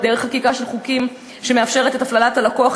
דרך חקיקה של חוקים שמאפשרים את הפללת הלקוח,